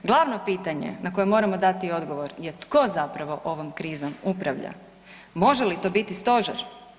Glavno pitanje na koje moramo dati odgovor je tko zapravo ovom krizom upravlja, može li to biti stožer?